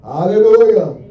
Hallelujah